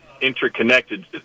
interconnected